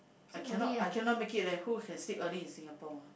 I cannot I cannot make it leh who can sleep early in Singapore